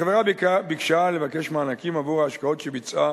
החברה ביקשה מענקים עבור ההשקעות שביצעה